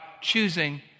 choosing